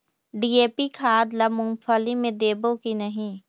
DAP खाद ला मुंगफली मे देबो की नहीं?